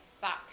back